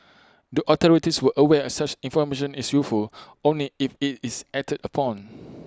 the authorities were aware such information is useful only if IT is acted upon